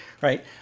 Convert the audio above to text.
right